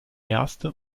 erste